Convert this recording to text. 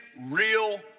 real